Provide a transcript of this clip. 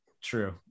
True